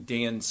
Dan